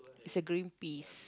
is a green peas